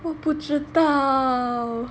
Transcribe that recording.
我不知道